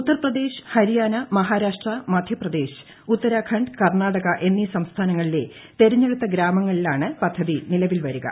ഉത്തർപ്രദേശ് ഹരിയാന മഹാരാഷ്ട്ര മ്യൂപ്രദേശ് ഉത്തരാഖണ്ഡ് കർണാടക എന്നീ സംസ്ഥാനങ്ങളിലെ തെരഞ്ഞെടുത്ത ഗ്രാമങ്ങളിലാണ് പദ്ധതി നിലവിൽ വരുക